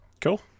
Cool